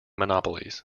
monopolies